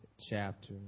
chapter